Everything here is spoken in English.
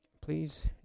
please